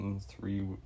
Three